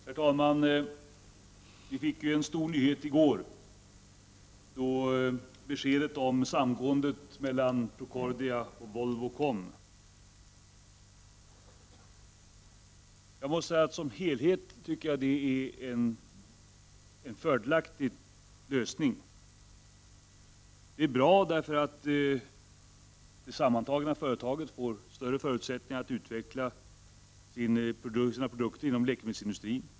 Herr talman! Vi presenterades en stor nyhet i går, då beskedet om samgåendet mellan Volvo och Procordia tillkännagavs. Som helhet är det en fördelaktig lösning. Det är bra, eftersom det sammanslagna företaget får större förutsättningar att utveckla sina produkter inom läkemedelsindustrin.